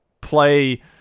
play